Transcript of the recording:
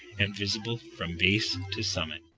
and visible from base to summit.